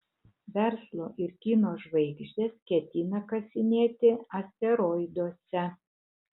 verslo ir kino žvaigždės ketina kasinėti asteroiduose